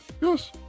Yes